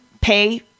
pay